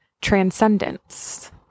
transcendence